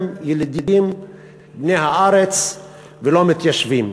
הם ילידים בני הארץ ולא מתיישבים.